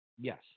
yes